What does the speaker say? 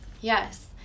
Yes